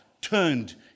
turned